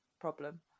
problem